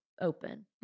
open